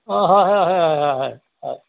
অঁ হয় হয় হয় হয় হয় হয়